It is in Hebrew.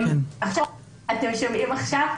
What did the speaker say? אתם שומעים עכשיו?